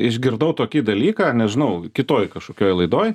išgirdau tokį dalyką nežinau kitoj kažkokioj laidoj